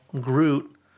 Groot